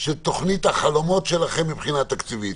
של תוכנית החלומות שלכם מבחינה תקציבית?